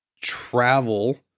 travel